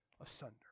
asunder